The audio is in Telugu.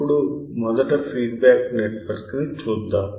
అప్పుడు మొదట ఫీడ్బ్యాక్ నెట్వర్క్ ని చూద్దాం